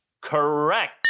Correct